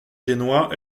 génois